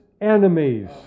enemies